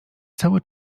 cały